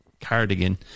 cardigan